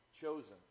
chosen